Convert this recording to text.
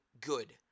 good